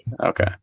Okay